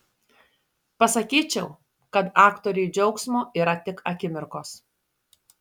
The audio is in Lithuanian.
pasakyčiau kad aktoriui džiaugsmo yra tik akimirkos